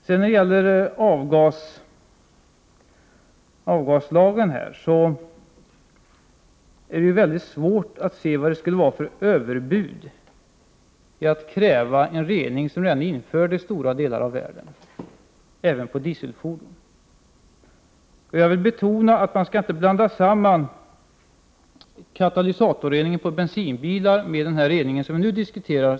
När det gäller avgaslagen är det väldigt svårt att se varför det skulle vara ett överbud att kräva en rening som redan är införd, även på dieselfordon, i stora delar av världen. Jag vill betona att man inte skall blanda samman katalysatorrening på bensinbilar med den rening på dieselfordon som vi nu diskuterar.